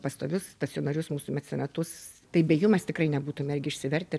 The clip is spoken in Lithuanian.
pastovius stacionarius mūsų mecenatus tai be jų mes tikrai nebūtume irgi išsivertę